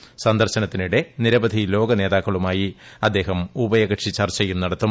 ന സന്ദർശനത്തിനിടെ നിരവധി ലോക നേതാക്കളുമായി അദ്ദേഹം ഉഭയകക്ഷി ചർച്ചയും നടത്തും